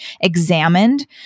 examined